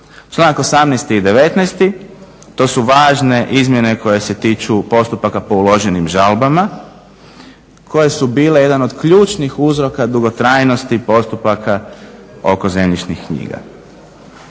Članak 18. i 19. to su važne izmjene koje se tiču postupaka po uloženim žalbama koje su bile jedan od ključnih uzorka dugotrajnosti postupaka oko zemljišnih knjiga.